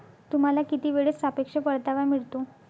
तुम्हाला किती वेळेत सापेक्ष परतावा मिळतो?